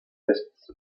exists